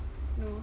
no